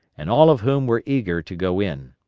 and all of whom were eager to go in.